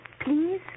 please